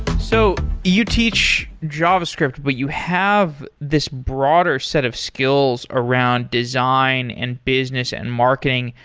so you teach javascript, but you have this broader set of skills around design, and business, and marketing.